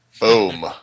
Boom